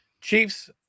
Chiefs